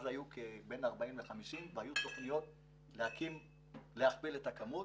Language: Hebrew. היו אז בין 40 ל-50 והיו תוכניות להכפיל את הכמות.